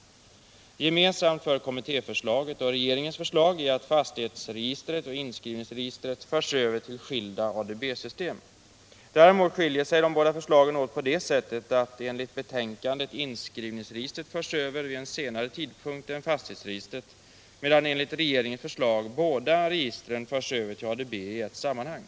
Gemensamt för kommittéförslaget och regeringens förslag är att fastighetsregistret och inskrivningsregistret förs över till skilda ADB-system. Däremot skiljer sig de båda förslagen åt på det sättet att enligt betänkandet inskrivningsregistret förs över vid en senare tidpunkt än fastighetsregistret, medan enligt regeringens förslag båda registren förs över till ADB i ett sammanhang.